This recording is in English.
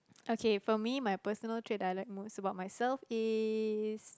okay for me my personal trait that I like most about myself is